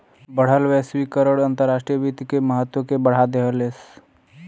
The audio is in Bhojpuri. बढ़ल वैश्वीकरण अंतर्राष्ट्रीय वित्त के महत्व के बढ़ा देहलेस